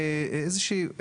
איזה שהיא,